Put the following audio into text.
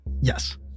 Yes